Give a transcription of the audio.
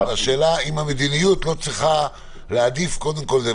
השאלה אם המדיניות לא צריכה להעדיף קודם כול את זה,